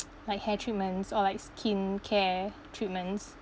like hair treatments or like skincare treatments